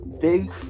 big